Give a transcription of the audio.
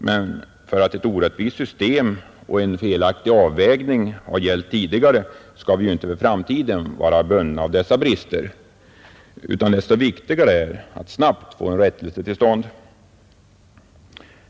Men för att ett orättvist system och en felaktig avvägning gällt tidigare, skall vi ju inte för framtiden vara bundna av dessa brister, utan desto viktigare är att snabbt få en rättelse till stånd.